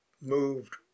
moved